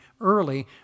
early